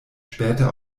später